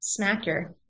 smacker